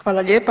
Hvala lijepa.